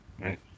Right